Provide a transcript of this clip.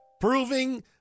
proving